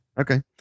Okay